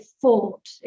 fought